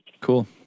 cool